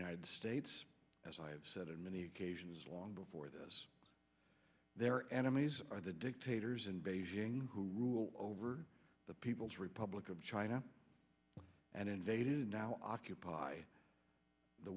united states as i've said on many occasions long before this their enemies are the dictators in beijing who rule over the people's republic of china and invaded and now occupy the